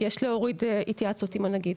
יש להוריד התייעצות עם הנגיד.